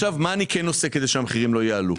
מה אני עושה כדי שהמחירים לא יעלו?